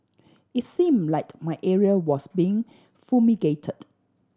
it seemed like my area was being fumigated